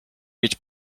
mieć